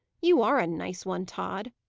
you are a nice one, tod!